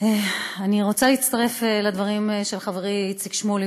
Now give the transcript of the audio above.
אני רוצה להצטרף לדברים של חברי איציק שמולי,